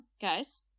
guys